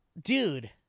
Dude